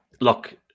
look